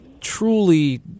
truly